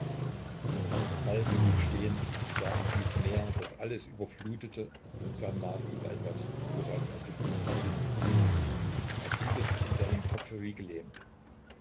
falk blieb stehen sah in dieses meer das alles überflutete und sann nach über etwas worauf er sich nicht besinnen konnte er fühlte sich in seinem kopfe wie gelähmt